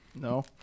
no